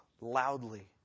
loudly